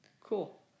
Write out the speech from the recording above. Cool